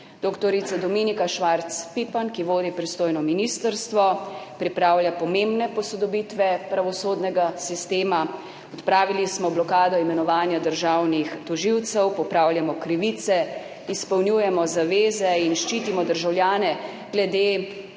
Dr. Dominika Švarc Pipan, ki vodi pristojno ministrstvo, pripravlja pomembne posodobitve pravosodnega sistema. Odpravili smo blokado imenovanja državnih tožilcev. Popravljamo krivice, izpolnjujemo zaveze in ščitimo državljane glede